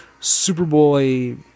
Superboy